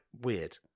weird